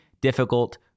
difficult